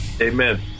Amen